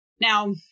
Now